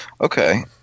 Okay